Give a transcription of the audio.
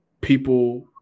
people